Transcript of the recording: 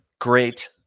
Great